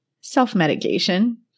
self-medication